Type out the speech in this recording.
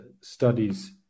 studies